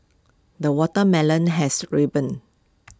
the watermelon has ripened